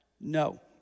no